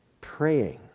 praying